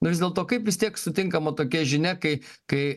nu vis dėlto kaip vis tiek sutinkama tokia žinia kai kai